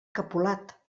capolat